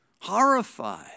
Horrified